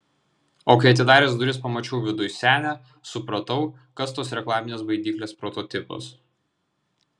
o kai atidaręs duris pamačiau viduj senę supratau kas tos reklaminės baidyklės prototipas